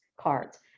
cards